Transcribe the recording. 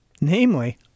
Namely